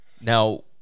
Now